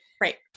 Right